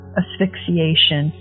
asphyxiation